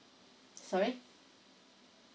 sorry